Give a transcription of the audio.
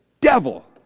devil